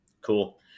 Cool